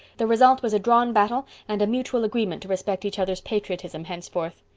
the result was a drawn battle and a mutual agreement to respect each other's patriotism henceforth.